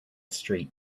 street